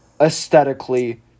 aesthetically